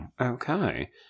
Okay